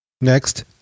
Next